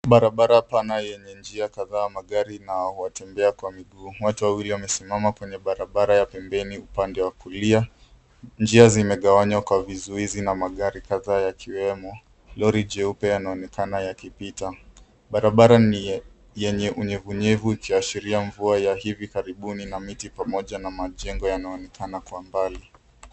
Barabara pana yenye njia kadhaa ya magari na watembea kwa miguu. Watu wawili wamesimama kwenye barabara ya pembeni upande wa kulia. Njia zimegawanywa kwa vizuizi na magari kadhaa yakiwemo, lori jeupe, yanaonekana yakipita. Barabara ni yenye unyevunyevu, ikiashiria mvua ya hivi karibuni na miti pamoja na majengo yanaonekana kwa mbali.